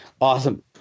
Awesome